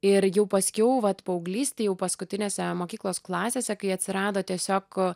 ir jau paskiau vat paauglystėj jau paskutinėse mokyklos klasėse kai atsirado tiesiog